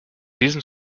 diesem